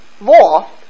law